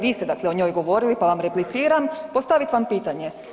Vi ste dakle o njoj govorili, pa vam repliciram, postavit vam pitanje.